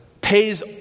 pays